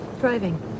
Driving